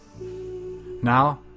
Now